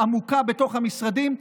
עמוקה בתוך המשרדים.